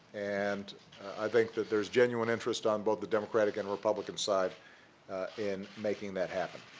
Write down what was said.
and i think that there's genuine interest on both the democratic and republican side in making that happen.